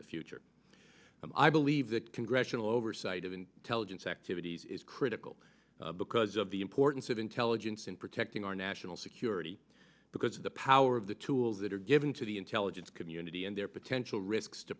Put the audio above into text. the future and i believe that congressional oversight of intelligence activities is critical because of the importance of intelligence in protecting our national security because of the power of the tools that are given to the intelligence community and their potential risks to